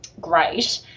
great